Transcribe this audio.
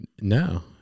No